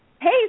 Hey